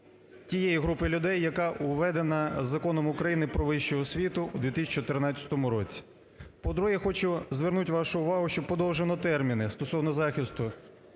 тієї групи людей, яка введена Законом України "Про вищу освіту" у 2014 році. По-друге, я хочу звернути вашу увагу, що подовжено терміни стосовно захисту